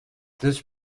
this